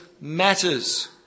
matters